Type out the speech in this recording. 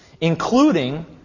including